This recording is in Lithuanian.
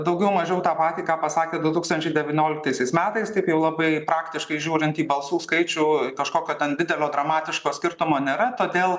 daugiau mažiau tą patį ką pasakė du tūkstančiai devynioliktaisiais metais taip jau labai praktiškai žiūrint į balsų skaičių kažkokio didelio dramatiško skirtumo nėra todėl